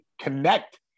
connect